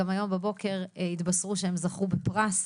גם היום בבוקר התבשרו שהם זכו בפרס,